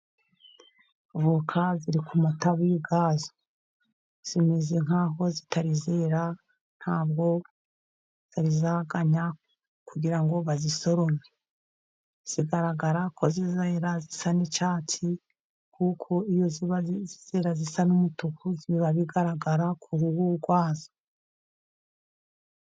Voka ziri ku matabi yazo. Zimeze nkaho zitari zera, ntabwo zari zaganya kugira ngo bazisorome. Zigaragara ko zizera zisa n'icyatsi, kuko iyo zizera zisa n'umutuku biba bigaragara ku ruhu rwazo.